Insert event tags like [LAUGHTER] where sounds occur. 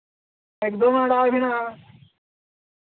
ᱮᱠᱫᱚᱢ [UNINTELLIGIBLE] ᱢᱮ ᱦᱟᱸᱜ